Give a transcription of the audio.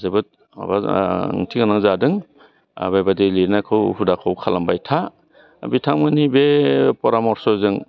जोबोद माबा ओंथि गोनां जादों बेबायदि लिदनायखौ हुदाखौ खालामबाय था बिथांमोननि बे फरामर्स'जों